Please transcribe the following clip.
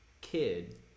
kid